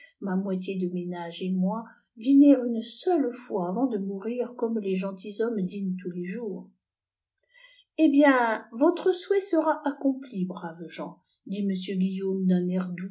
ma moitié de ménage etfioi dtner une seule fois avant de mourir comme les gentilshommes dînent tous les ours hé bien votre souhait sera accompli braves gens dit m guillaume d'un